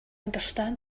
understand